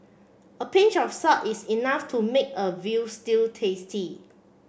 a pinch of salt is enough to make a veal stew tasty